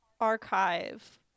archive